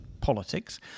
Politics